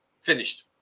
finished